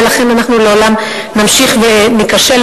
ולכן אנחנו לעולם נמשיך וניכשל,